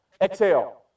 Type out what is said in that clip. Exhale